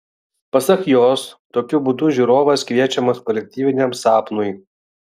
pasak jos tokiu būdu žiūrovas kviečiamas kolektyviniam sapnui